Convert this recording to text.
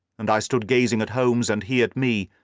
and i stood gazing at holmes, and he at me,